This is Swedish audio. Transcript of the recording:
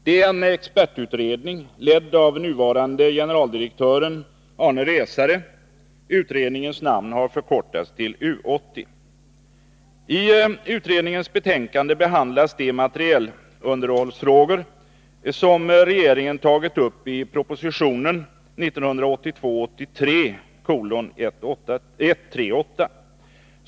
Det är en expertutredning, ledd av nuvarande generaldirektören Alf Resare. Utredningens namn har förkortats till U 80. I utredningens betänkanden behandlas de materielunderhållsfrågor som regeringen tagit upp i proposition 1982/83:138.